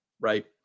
right